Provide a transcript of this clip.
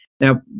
now